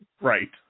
Right